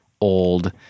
old